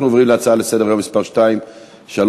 אנחנו עוברים להצעה לסדר-היום מס' 2345,